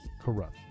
Corrupt